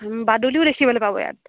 বাদুলিও দেখিবলৈ পাব ইয়াত